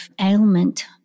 ailment